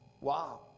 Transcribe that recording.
Wow